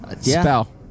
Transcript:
Spell